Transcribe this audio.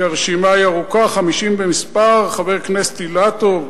כי הרשימה ארוכה, 50 במספר, חבר הכנסת אילטוב,